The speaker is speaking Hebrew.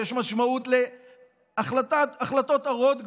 שיש משמעות להחלטות הרות גורל,